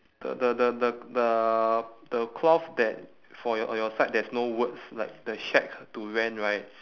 the the the the the the cloth that for your your side there's no words like the shack to rent right